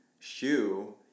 Shoe